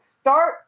start